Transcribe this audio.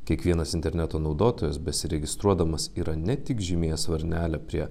kiekvienas interneto naudotojas besiregistruodamas yra ne tik žymėjęs varnelę prie